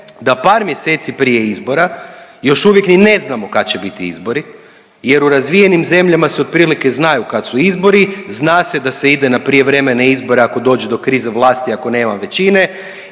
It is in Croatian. da par mjeseci prije izbora još uvijek ni ne znamo kad će biti izbori jer u razvijenim zemljama se otprilike znaju kad su izbori, zna se da se ide na prijevremene izbore ako dođe do krize vlasti ako nema većine